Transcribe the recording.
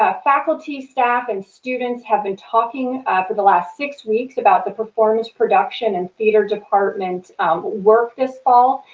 ah faculty, staff, and students have been talking for the last six weeks about the performance production and theater department work this fall,